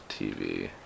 TV